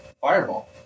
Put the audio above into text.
Fireball